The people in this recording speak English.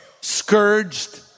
scourged